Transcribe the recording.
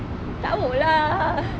tak mahu lah